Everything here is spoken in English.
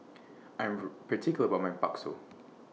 I'm very particular about My Bakso